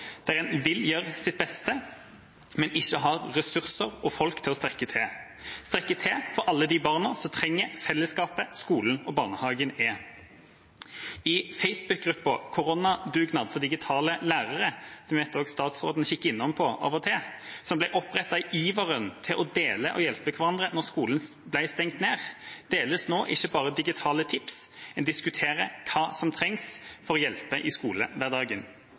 der en vil gjøre sitt beste, men ikke har ressurser og folk til å strekke til – strekke til for alle de barna som trenger fellesskapet skolen og barnehagen er. I facebookgruppa Korona-dugnad for digitale lærere, som jeg tror statsråden kikker innom av og til, som ble opprettet i iveren etter å dele og hjelpe hverandre da skolen ble stengt ned, deles nå ikke bare digitale tips, en diskuterer hva som trengs for å hjelpe i skolehverdagen.